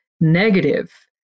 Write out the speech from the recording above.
negative